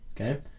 okay